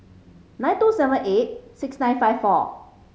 nine two seven eight six nine five four